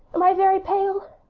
am i very pale?